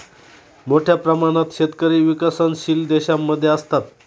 मोठ्या प्रमाणात शेतकरी विकसनशील देशांमध्ये असतात